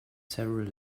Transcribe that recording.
several